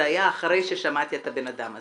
זה היה אחרי ששמעתי את הבן אדם הזה,